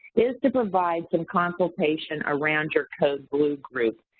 is to provide some consultation around your code blue group.